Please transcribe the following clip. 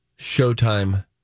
Showtime